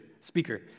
speaker